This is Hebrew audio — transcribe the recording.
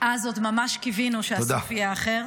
אז עוד ממש קיווינו שהסוף יהיה אחר.